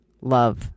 love